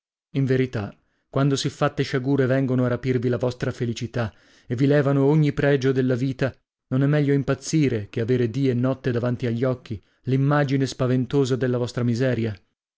in verità quando siffatte sciagure vengono a rapirvi la vostra felicità e vi levano ogni pregio alla vita non è meglio impazzire che avere dì e notte davanti agli occhi l'immagine spaventosa della vostra miseria